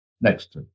Next